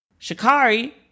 Shikari